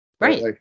Right